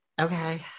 Okay